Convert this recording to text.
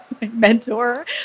mentor